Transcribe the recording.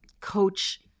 coach